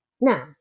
Now